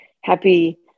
happy